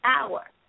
hour